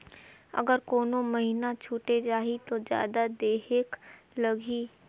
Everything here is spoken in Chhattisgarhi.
अगर कोनो महीना छुटे जाही तो जादा देहेक लगही?